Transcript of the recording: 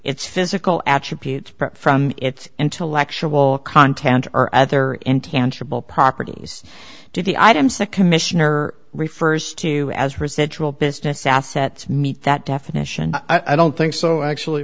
its physical attributes but from its intellectual content or other end tangible properties to the items the commissioner refers to as residual business assets meet that definition i don't think so actually